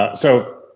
ah so,